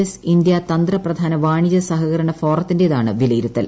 S India തന്ത്രപ്രധാന വാണിജ്യ സഹകരണ ഫോറത്തിന്റേതാണ് വിലയിരുത്തൽ